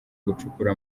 gucukura